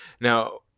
now